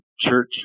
church